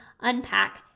unpack